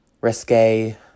risque